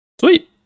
sweet